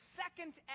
second